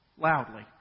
loudly